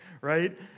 right